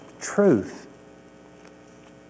truth